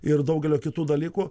ir daugelio kitų dalykų